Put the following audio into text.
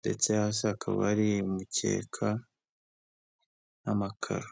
ndetse hasi hakaba hari umukeka n'amakaro.